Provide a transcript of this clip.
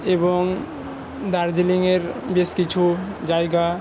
এবং দার্জিলিংয়ের বেশ কিছু জায়গা